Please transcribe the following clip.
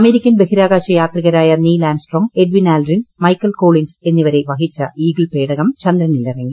American ബഹിരാകാശ് യാത്രികരായ Neil Armstrong Edwin Aldrin Michael Collins എന്നിവരെ വഹിച്ച് ഈഗിൾ പേടകം ചന്ദ്രനിൽ ഇറങ്ങി